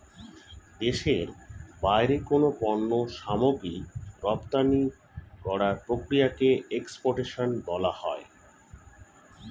দেশের বাইরে কোনো পণ্য সামগ্রী রপ্তানি করার প্রক্রিয়াকে এক্সপোর্টেশন বলা হয়